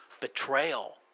Betrayal